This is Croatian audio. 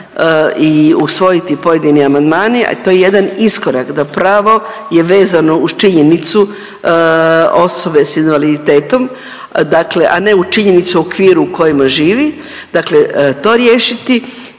i usvojiti pojedini amandmani. To je jedan iskorak da pravo je vezano uz činjenicu osobe sa invaliditetom, dakle a ne u činjenici u okviru u kojima živi. Dakle, to riješiti.